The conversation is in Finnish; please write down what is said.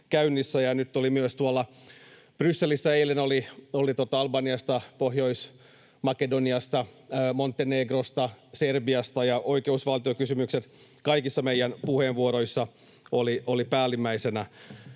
Brysselissä olivat Albaniasta, Pohjois-Makedoniasta, Montenegrosta ja Serbiasta oikeusvaltiokysymykset kaikissa meidän puheenvuoroissamme päällimmäisinä.